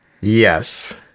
Yes